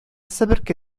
себерке